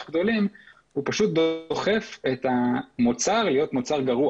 גדולים הוא פשוט דוחף את המוצר להיות מוצר גרוע